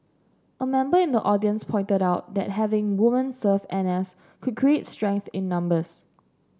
a member in the audience pointed out that having woman serve N S could create strength in numbers